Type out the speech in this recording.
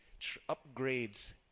upgrades